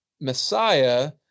Messiah